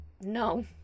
no